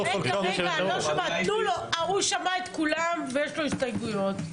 הוא שמע את כולם ויש לו הסתייגויות.